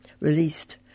released